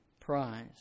prize